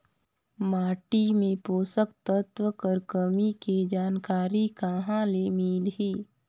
माटी मे पोषक तत्व कर कमी के जानकारी कहां ले मिलही?